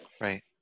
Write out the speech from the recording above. Right